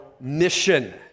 mission